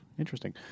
Interesting